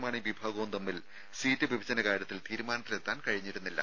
മാണി വിഭാഗവും തമ്മിൽ സീറ്റ് വിഭജന കാര്യത്തിൽ തീരുമാനത്തിൽ എത്താൻ കഴിഞ്ഞിരുന്നില്ല